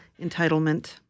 entitlement